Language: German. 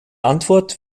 antwort